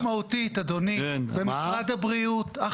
אדוני, החמרה משמעותית במשרד הבריאות.